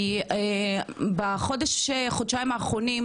כי בחודש-חודשיים האחרונים,